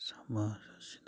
ꯁꯃꯥꯖ ꯑꯁꯤꯗ